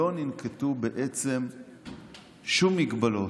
לא ננקטו בעצם שום הגבלות,